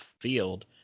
field